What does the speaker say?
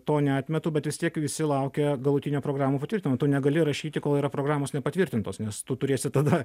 to neatmetu bet vis tiek visi laukia galutinio programų patvirtinimo tu negali rašyti kol yra programos nepatvirtintos nes tu turėsi tada